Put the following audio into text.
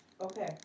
Okay